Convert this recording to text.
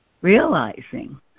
realizing